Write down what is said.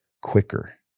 quicker